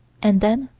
and then,